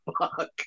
Fuck